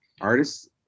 artists